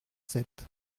sept